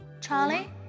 Charlie